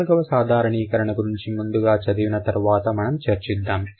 నాలుగవ సాధారణీకరణ గురించి ముందుగా చదివిన తర్వాత మనం చర్చిద్దాం